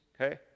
Okay